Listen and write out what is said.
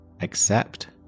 accept